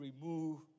remove